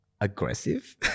aggressive